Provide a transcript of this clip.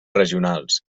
regionals